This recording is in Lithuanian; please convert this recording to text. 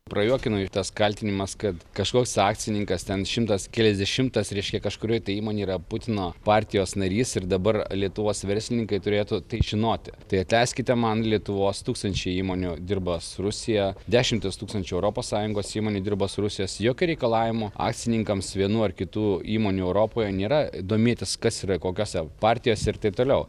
prajuokino jų tas kaltinimas kad kažkoks akcininkas ten šimtas keliasdešimtas reiškia kažkurioj tai įmonėj yra putino partijos narys ir dabar lietuvos verslininkai turėtų tai žinoti tai atleiskite man lietuvos tūkstančiai įmonių dirba su rusija dešimtys tūkstančių europos sąjungos įmonių dirba su rusijos jokių reikalavimų akcininkams vienų ar kitų įmonių europoje nėra domėtis kas yra kokiose partijose ir taip toliau